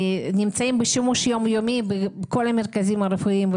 נמצאים בשימוש יום-יומי בכל המרכזים הרפואיים,